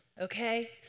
okay